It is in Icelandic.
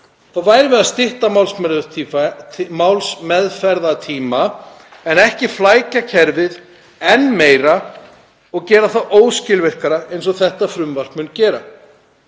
værum við að stytta málsmeðferðartíma en ekki flækja kerfið enn meira og gera það óskilvirkara eins og þetta frumvarp mun gera.